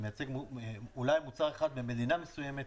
זה מייצג אולי מוצר אחד במדינה מסוימת.